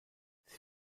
sie